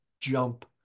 jump